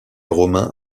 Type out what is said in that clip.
romains